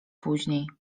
później